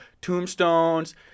tombstones